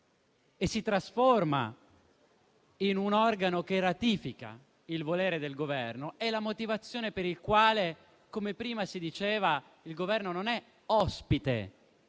e si trasforma in un organo che ratifica il volere del Governo: è la motivazione per la quale, come prima si diceva, il Governo non è ospite